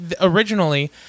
originally